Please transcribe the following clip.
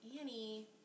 Annie